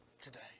today